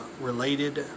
related